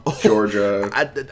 Georgia